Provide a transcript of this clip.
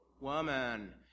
woman